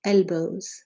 Elbows